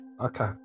Okay